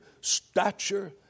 stature